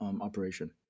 operation